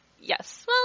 Yes